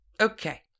Okay